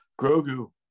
Grogu